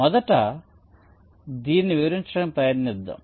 మొదట దీనిని వివరించడానికి ప్రయత్నిద్దాం